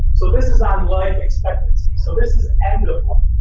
so this is on life expectancy, so this is end of